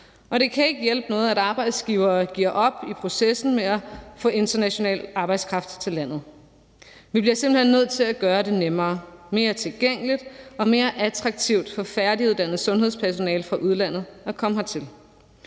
det kan ikke hjælpe noget, at arbejdsgivere giver op i processen med at få international arbejdskraft til landet. Vi bliver simpelt hen nødt til at gøre det nemmere, mere tilgængeligt og mere attraktivt for færdiguddannet sundhedspersonale fra udlandet at komme hertil.